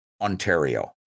Ontario